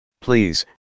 Please